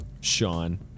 Sean